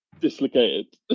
dislocated